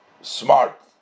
smart